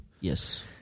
yes